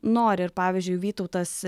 nori ir pavyzdžiui vytautas